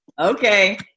Okay